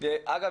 אגב,